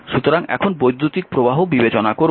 সুতরাং এখন বৈদ্যুতিক প্রবাহ বিবেচনা করুন